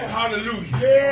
Hallelujah